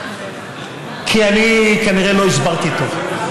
כי אני כנראה לא הסברתי טוב.